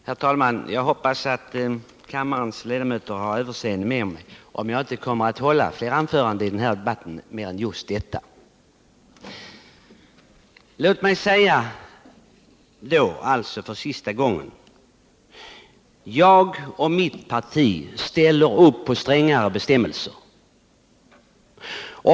Herr talman! Jag hoppas att kammarens ledamöter har överseende med mig, om jag inte kommer att hålla fler anföranden i den här debatten än just detta. Låt mig då säga, alltså för sista gången: Jag och mitt parti ställer upp på strängare bestämmelser.